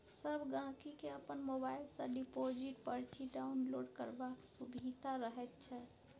सब गहिंकी केँ अपन मोबाइल सँ डिपोजिट परची डाउनलोड करबाक सुभिता रहैत छै